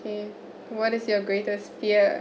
kay what is your greatest fear